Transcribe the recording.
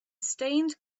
stained